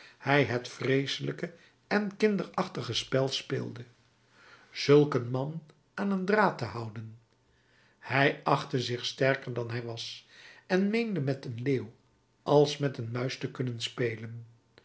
hij het vreeselijke en kinderachtige spel speelde zulk een man aan een draad te houden hij achtte zich sterker dan hij was en meende met een leeuw als met een muis te kunnen spelen